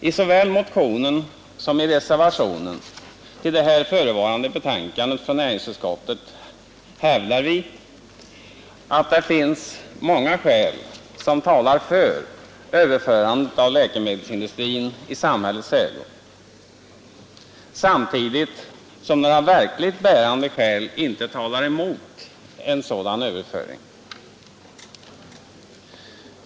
I såväl motionen som reservationen till det förevarande betänkandet från näringsutskottet hävdar vi, att det finns många skäl som talar för överförandet av läkemedelsindustrin i samhällets ägo samtidigt som några verkligt bärande skäl inte talar emot denna överföring.